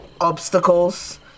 obstacles